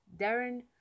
Darren